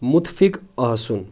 مُتفِق آسُن